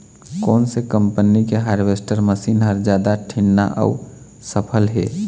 कोन से कम्पनी के हारवेस्टर मशीन हर जादा ठीन्ना अऊ सफल हे?